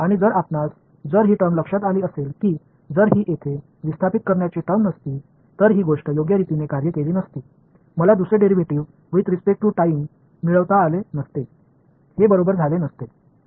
आणि जर आपणास जर हि टर्म लक्षात आली असेल की जर हि येथे विस्थापित करण्याची टर्म नसती तर ही गोष्ट योग्य रीतीने कार्य केली नसती मला दुसरे derivative with respect to time मिळवता आले नसते हे बरोबर झाले नसते